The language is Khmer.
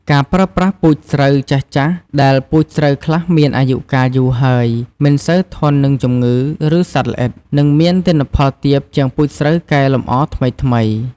ការប្រើប្រាស់ពូជស្រូវចាស់ៗ ដែលពូជស្រូវខ្លះមានអាយុកាលយូរហើយ មិនសូវធន់នឹងជំងឺ ឬសត្វល្អិត និងមានទិន្នផលទាបជាងពូជស្រូវកែលម្អថ្មីៗ។